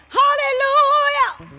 hallelujah